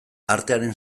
artearen